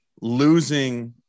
losing